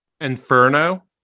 Inferno